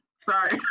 Sorry